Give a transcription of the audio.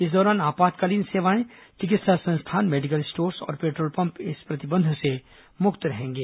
इस दौरान आपातकालीन सेवाएं चिकित्सा संस्थान मेडिकल स्टोर्स और पेट्रोल पम्प इस प्रतिबंध से मुक्त रहेंगे